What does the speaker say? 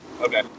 Okay